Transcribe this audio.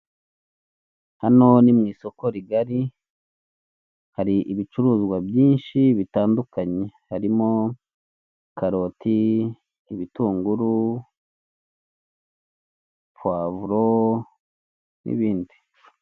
Hano ni mu isoko rigari hari ibicuruzwa byinshi bitandukanye harimo; karoti, ibitunguru, puwavuro, n'ibindi.